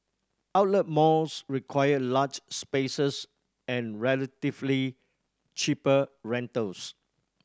outlet malls require large spaces and relatively cheaper rentals